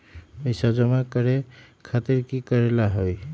पैसा जमा करे खातीर की करेला होई?